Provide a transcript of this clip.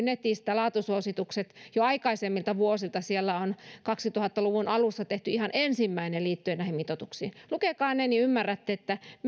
netistä laatusuositukset jo aikaisemmilta vuosilta kaksituhatta luvun alussa on tehty ihan ensimmäinen liittyen näihin mitoituksiin lukekaa ne niin ymmärrätte